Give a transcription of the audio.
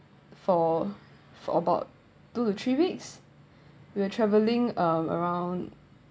for for about two to three weeks we were travelling um around